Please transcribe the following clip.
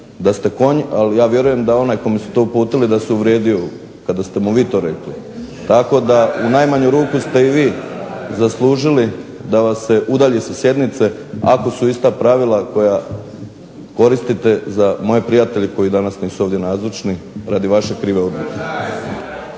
da ste konj, ali ja vjerujem da onaj kome su to uputili da se uvrijedio kada ste vi to rekli. Tako da u najmanju ruku ste i vi zaslužili da vas se udalji sa sjednice ako su ista pravila koja koristite za moje prijatelje koji danas nisu ovdje nazočni radi vaše krive odluke.